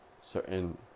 certain